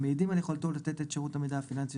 מעידים על יכולתו לתת את שירות המידע הפיננסי